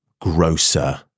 grosser